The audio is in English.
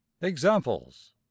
Examples